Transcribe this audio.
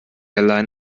allein